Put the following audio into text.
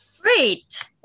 Great